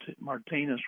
Martinez